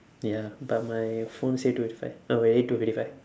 ya but my phone say two fifty five oh already two fifty five